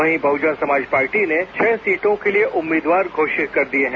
वहीं बहुजन समाज पार्टी ने छह सीटों के लिए उम्मीदवार घोषित कर दिए है